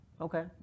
Okay